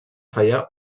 fallar